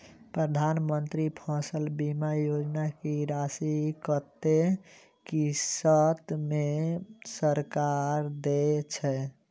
प्रधानमंत्री फसल बीमा योजना की राशि कत्ते किस्त मे सरकार देय छै?